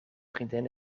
vriendin